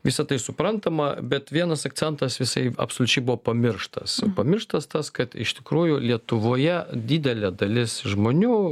visa tai suprantama bet vienas akcentas visai absoliučiai buvo pamirštas pamirštas tas kad iš tikrųjų lietuvoje didelė dalis žmonių